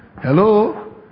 Hello